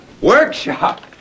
workshop